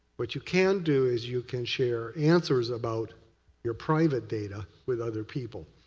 what you can do is you can share answers about your private data with other people.